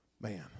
man